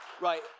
Right